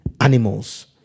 animals